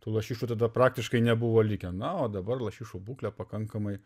tų lašišų tada praktiškai nebuvo likę na o dabar lašišų būklė pakankamai